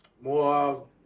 More